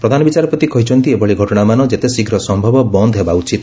ପ୍ରଧାନବିଚାରପତି କହିଛନ୍ତି ଏଭଳି ଘଟଣାମାନ ଯେତେଶୀଘ୍ର ସମ୍ଭବ ବନ୍ଦ ହେବା ଉଚିତ